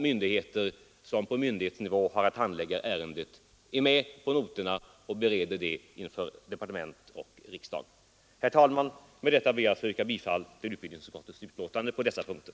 Med detta ber jag att få yrka bifall till utbildningsutskottets hemställan på berörda punkter.